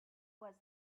was